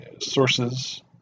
sources